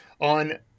on